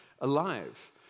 alive